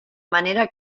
manera